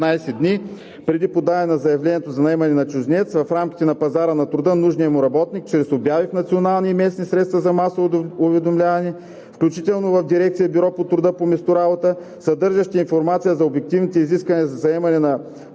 преди подаване на заявлението за наемане на чужденец в рамките на пазара на труда нужния му работник чрез обяви в националните и местните средства за масово уведомяване, включително в Дирекция „Бюро по труда“ по месторабота, съдържащи информация за обективните изисквания за заемане на длъжността